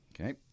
Okay